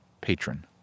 patron